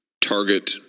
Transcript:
target